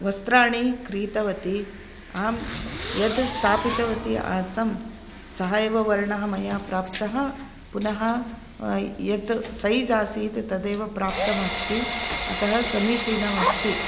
वस्त्राणि क्रीतवती अहं यद् स्थापितवती आसम् सः एव वर्णः मया प्राप्तः पुनः यत् सैज़् आसीत् तदेव प्राप्तमस्ति अतः समीचीनमस्ति